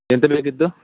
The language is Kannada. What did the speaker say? ಎಂತ ಬೇಕಿತ್ತು